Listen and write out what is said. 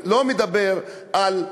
אני לא מדבר על